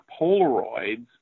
Polaroids